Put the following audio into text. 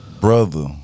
brother